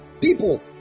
People